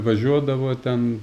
važiuodavo ten